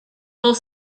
whole